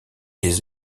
les